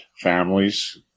families